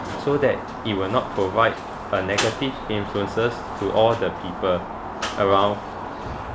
so that it will not provide a negative influences to all the people around